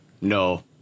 no